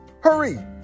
Hurry